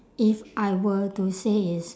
if I were to say is